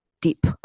deep